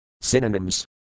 Synonyms